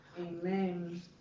Amen